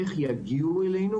איך יגיעו אלינו?